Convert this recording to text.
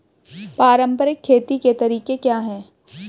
पारंपरिक खेती के तरीके क्या हैं?